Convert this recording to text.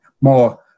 more